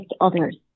others